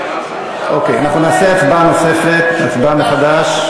אוקיי, אנחנו נעשה הצבעה נוספת, הצבעה מחדש.